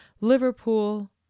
Liverpool